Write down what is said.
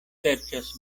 serĉas